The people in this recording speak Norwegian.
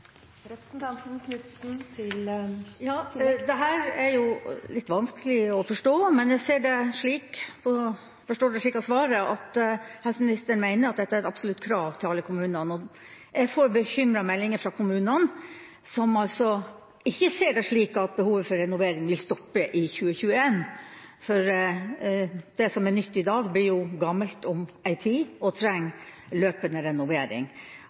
er litt vanskelig å forstå, men jeg ser det slik – og forstår det slik av svaret – at helseministeren mener at dette er et absolutt krav til alle kommunene. Jeg får bekymrede meldinger fra kommunene, som altså ikke ser det slik at behovet for renovering vil stoppe i 2021, for det som er nytt i dag, blir jo gammelt om noe tid og trenger løpende renovering.